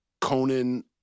Conan